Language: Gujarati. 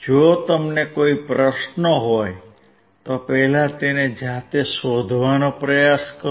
જો તમને કોઈ પ્રશ્નો હોય તો પહેલા તેને જાતે શોધવાનો પ્રયાસ કરો